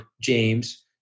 James